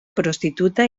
prostituta